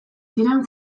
ziren